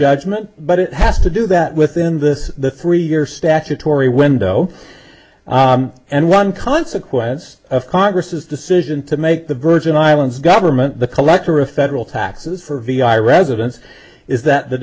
judgment but it has to do that within this the three year statutory window and one consequence of congress is decision to make the virgin islands government the collector of federal taxes for vi residents is that the